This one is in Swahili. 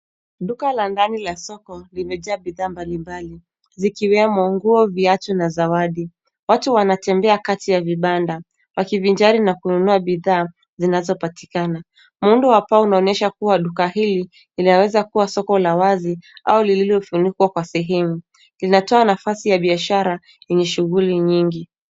Duka la ndani la soko vimejaa bidhaa mbali mbali zikiwemo nguo, viatu na zawadi. Watu wanatembea kati ya vibanda wakivinjari na kununua bidhaa zinazopatikana. Muundo wa paa unaonyesha kuwa duka hili linaweza kuwa soko la wazi au lililofunikwa kwa sehemu. Linatoa nafasi ya biashara lenye shughuli nyingi.